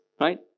right